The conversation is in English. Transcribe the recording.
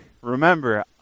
remember